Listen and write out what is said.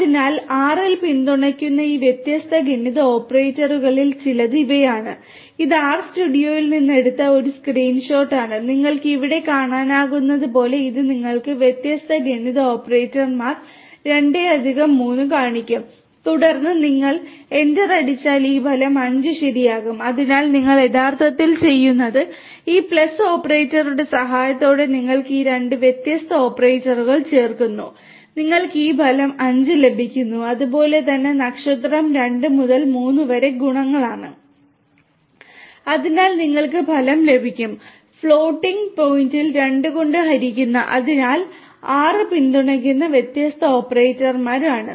അതിനാൽ R ൽ പിന്തുണയ്ക്കുന്ന ഈ വ്യത്യസ്ത ഗണിത ഓപ്പറേറ്ററുകളിൽ ചിലത് ഇവയാണ് ഇത് ആർസ്റ്റുഡിയോൽ നിന്ന് എടുത്ത ഒരു സ്ക്രീൻ ഷോട്ടാണ് നിങ്ങൾക്ക് ഇവിടെ കാണാനാകുന്നതുപോലെ ഇത് നിങ്ങൾക്ക് വ്യത്യസ്ത ഗണിത ഓപ്പറേറ്റർമാർ 2 3 കാണിക്കും തുടർന്ന് നിങ്ങൾ എന്റർ അടിച്ചാൽ ഈ ഫലം 5 ശരിയാകും അതിനാൽ നിങ്ങൾ യഥാർത്ഥത്തിൽ ചെയ്യുന്നത് ഈ പ്ലസ് ഓപ്പറേറ്ററുടെ സഹായത്തോടെ നിങ്ങൾ ഈ രണ്ട് വ്യത്യസ്ത ഓപ്പറേറ്റുകൾ ചേർക്കുന്നു നിങ്ങൾക്ക് ഈ ഫലം 5 ലഭിക്കുന്നു അതുപോലെ തന്നെ നക്ഷത്രം 2 മുതൽ 3 വരെ ഗുണനങ്ങളാണ് അതിനാൽ നിങ്ങൾക്ക് ഫലം ലഭിക്കും ഫ്ലോട്ടിംഗ് പോയിന്റിൽ 2 കൊണ്ട് ഹരിക്കുന്നു അതിനാൽ ആർയിൽ പിന്തുണയ്ക്കുന്ന വ്യത്യസ്ത ഓപ്പറേറ്റർമാരാണ് ഇവ